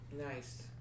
Nice